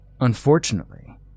Unfortunately